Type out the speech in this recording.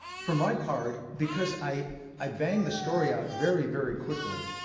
for my part, because i i bang the story out very, very quickly,